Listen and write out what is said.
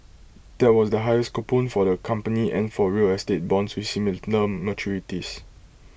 that was the highest coupon for the company and for real estate bonds with similar maturities